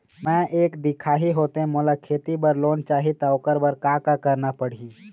मैं एक दिखाही होथे मोला खेती बर लोन चाही त ओकर बर का का करना पड़ही?